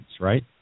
right